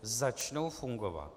Začnou fungovat?